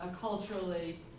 culturally